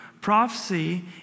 Prophecy